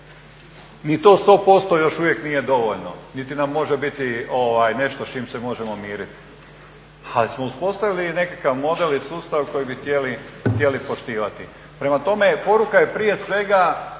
ni to 100% još uvijek nije dovoljno niti nam može biti nešto s čim se možemo miriti, ali smo uspostavili nekakav model i sustav koji bi htjeli poštivati. Prema tome, poruka je prije svega